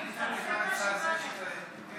האם לעשות חמש דקות כל,